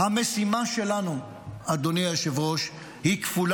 המשימה שלנו, אדוני היושב-ראש, היא כפולה.